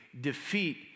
defeat